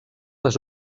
les